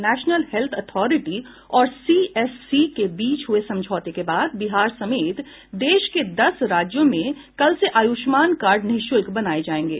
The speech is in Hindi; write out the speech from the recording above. नेशनल हेल्थ ऑथोरिटी और सीएससी के बीच हुये समझौते के बाद बिहार समेत देश के दस राज्यों में कल से आयुष्मान कार्ड निःशुल्क बनाये जायेंगे